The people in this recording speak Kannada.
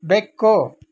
ಬೆಕ್ಕು